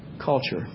culture